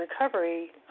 recovery